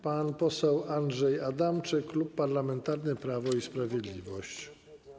Pan poseł Andrzej Adamczyk, Klub Parlamentarny Prawo i Sprawiedliwość.